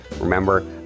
Remember